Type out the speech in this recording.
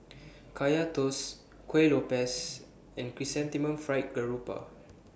Kaya Toast Kuih Lopes and Chrysanthemum Fried Garoupa